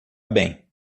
bem